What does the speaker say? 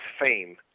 fame